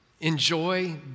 enjoy